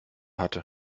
hatte